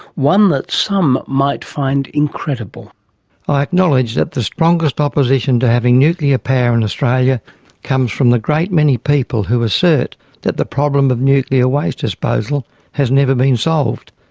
one that some will find incredible. i acknowledge that the strongest opposition to having nuclear power in australia comes from the great many people who assert that the problem of nuclear waste disposal has never been solved.